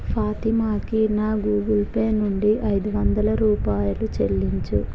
ఫాతిమాకి నా గూగుల్పే నుండి ఐదు వందల రూపాయలు చెల్లించు